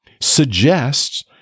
suggests